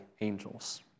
angels